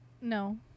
No